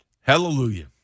Hallelujah